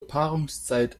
paarungszeit